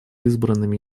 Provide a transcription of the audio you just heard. избранными